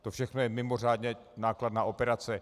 To všechno je mimořádně nákladná operace.